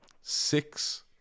Six